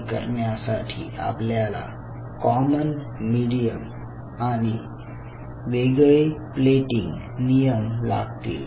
ते करण्यासाठी आपल्याला कॉमन मिडीयम आणि वेगळे प्लेटिंग नियम लागतील